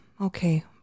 Okay